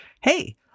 hey